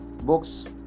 books